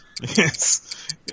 Yes